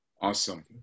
Awesome